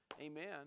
Amen